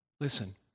Listen